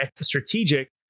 strategic